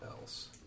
else